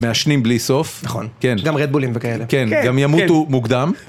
מעשנים בלי סוף. נכון. גם רדבולים וכאלה. כן, גם ימותו מוקדם.